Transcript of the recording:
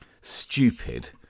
stupid